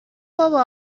بابا